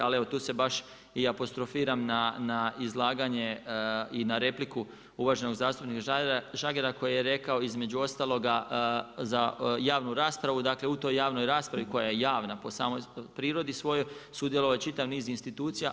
Ali evo tu se baš i apostrofiram na izlaganje i na repliku uvaženog zastupnika Žagara koji je rekao između ostaloga za javnu raspravu, dakle u toj javnoj raspravi koja je javna po samoj prirodi svojoj sudjelovao je čitav niz institucija.